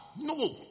No